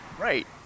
Right